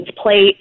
plate